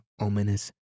ominous